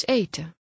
eten